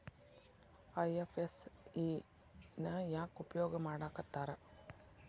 IFSC ನ ಯಾಕ್ ಉಪಯೊಗ್ ಮಾಡಾಕತ್ತಾರ?